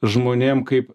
žmonėm kaip